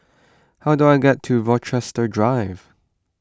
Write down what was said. how do I get to Rochester Drive